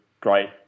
great